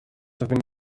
have